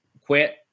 quit